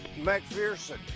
McPherson